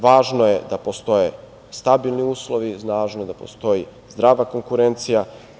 Važno je da postoje stabilni uslovi, važno je da postoji zdrava konkurencija.